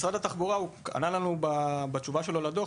משרד התחבורה ענה לנו בתשובה שלו לדוח